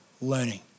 learning